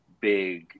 big